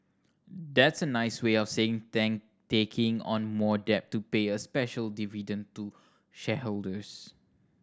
that's a nice way of saying taking on more debt to pay a special dividend to shareholders